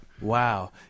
Wow